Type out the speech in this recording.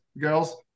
girls